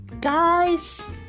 guys